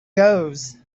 goes